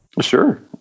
Sure